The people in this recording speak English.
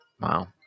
wow